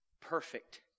Perfect